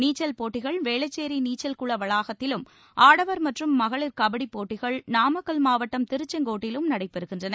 நீச்சல் போட்டிகள் வேளச்சேரி நீச்சல் குள வளாகத்திலும் ஆடவர் மற்றும் மகளிர் கபடிப் போட்டிகள் நாமக்கல் மாவட்டம் திருச்செங்கோட்டிலும் நடைபெறுகின்றன